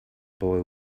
boy